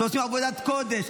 שעושים עבודת קודש,